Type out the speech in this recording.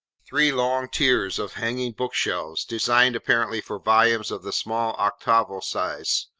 three long tiers of hanging bookshelves, designed apparently for volumes of the small octavo size.